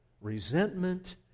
resentment